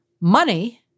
money—